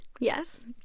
yes